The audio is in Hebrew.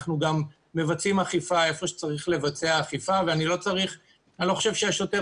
אנחנו גם מבצעים אכיפה איפה שצריך לבצע אכיפה ואני לא חושב שהשוטר